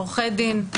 עורכי דין,